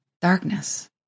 darkness